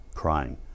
crying